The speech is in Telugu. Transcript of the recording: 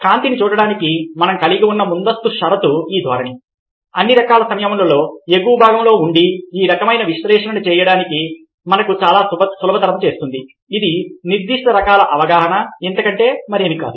కాబట్టి కాంతిను చూడడానికి మనం కలిగి ఉన్న ముందస్తు షరతు ఈ ధోరణి అన్ని సమయాలలో ఎగువ భాగంలో ఉండి ఈ రకమైన వివరణలను చేయడానికి మనకు చాలా సులభతరం చేస్తుంది ఇది నిర్దిష్ట రకాల అవగాహన ఇంతకంటే మరేమీ కాదు